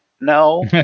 no